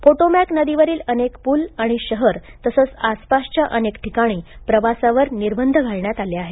Potomac नदीवरील अनेक पूल आणि शहर आणि आसपासच्या अनेक ठिकाणी प्रवासावर निर्बंध घालण्यात आले आहेत